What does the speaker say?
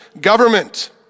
government